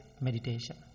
meditation